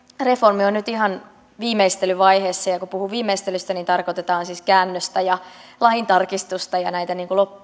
reformi on nyt ihan viimeistelyvaiheessa ja kun puhun viimeistelystä niin tarkoitan siis käännöstä ja laintarkastusta ja näitä